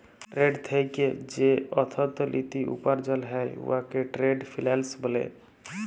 trade থ্যাইকে যে অথ্থলিতি উপার্জল হ্যয় উয়াকে টেরেড ফিল্যাল্স ব্যলে